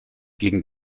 gegen